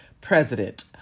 president